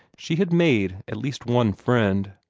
she had made at least one friend.